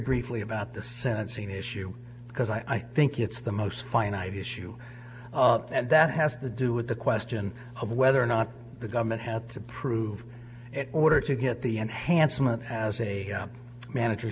briefly about the sentencing issue because i think it's the most finite issue and that has to do with the question of whether or not the government had to prove it order to get the enhancement as a manager